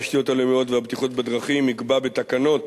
התשתיות הלאומיות והבטיחות בדרכים יקבע בתקנות